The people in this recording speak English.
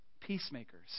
peacemakers